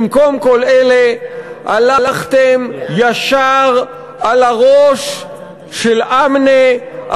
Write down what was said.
במקום כל אלה הלכתם ישר על הראש של אמנה,